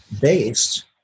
based